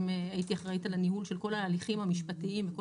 הייתי אחראית על הניהול של כל ההליכים המשפטיים וכל